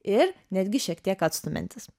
ir netgi šiek tiek atstumiantis